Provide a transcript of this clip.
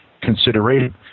consideration